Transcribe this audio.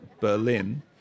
Berlin